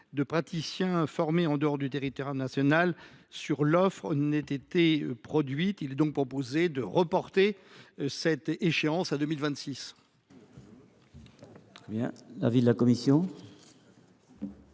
de praticiens formés en dehors du territoire national sur l’offre ait été produite. Il est donc proposé de reporter cette échéance à 2026.